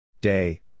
Day